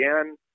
again